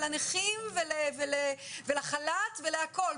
לנכים ולחל"ת והכול.